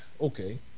okay